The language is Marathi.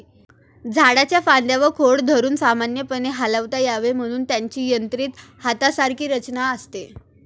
झाडाच्या फांद्या व खोड धरून सामान्यपणे हलवता यावे म्हणून त्याची यांत्रिक हातासारखी रचना असते